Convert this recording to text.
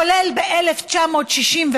כולל ב-1961,